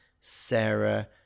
Sarah